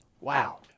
Wow